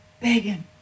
Begging